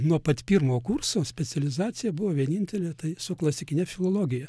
nuo pat pirmo kurso specializacija buvo vienintelė tai su klasikinę filologiją